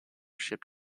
ship